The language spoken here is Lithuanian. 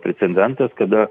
precendentas kada